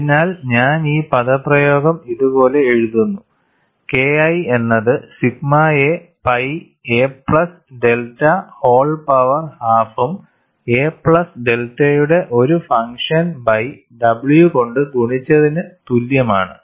അതിനാൽ ഞാൻ ഈ പദപ്രയോഗം ഇതുപോലെ എഴുതുന്നു KI എന്നത് സിഗ്മ യെ pi a plus delta whole power ഹാഫും a പ്ലസ് ഡെൽറ്റയുടെ ഒരു ഫങ്ക്ഷൻ ബൈ w കൊണ്ട് ഗുണിച്ചതിന് തുല്യമാണ്